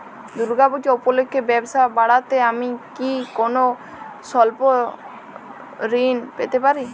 দূর্গা পূজা উপলক্ষে ব্যবসা বাড়াতে আমি কি কোনো স্বল্প ঋণ পেতে পারি?